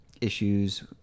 issues